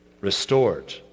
restored